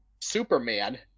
Superman